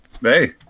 Hey